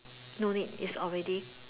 no need it's already